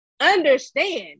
Understand